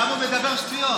למה הוא מדבר שטויות?